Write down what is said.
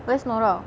where's nora